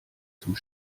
zum